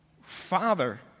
father